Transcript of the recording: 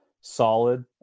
solid